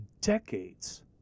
decades